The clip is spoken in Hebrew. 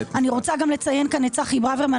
אני רוצה גם לציין כאן את צחי ברוורמן,